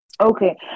Okay